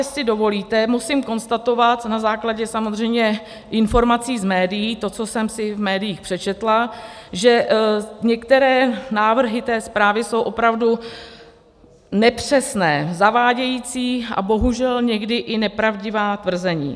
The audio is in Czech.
Jestli dovolíte, musím konstatovat na základě samozřejmě informací z médií, to, co jsem si v médiích přečetla, že některé návrhy té zprávy jsou opravdu nepřesné, zavádějící a bohužel někdy i nepravdivá tvrzení.